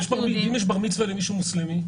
אם יש בר מצווה למישהו מוסלמים,